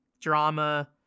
drama